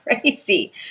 crazy